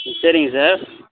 ம் சரிங்க சார்